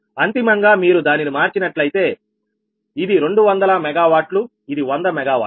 అంతిమంగా మీరు దానిని మార్చినట్లయితే ఇది 200 మెగావాట్లు ఇది 100 మెగావాట్లు